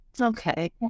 Okay